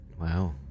Wow